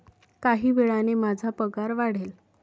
काही वेळाने माझा पगार वाढेल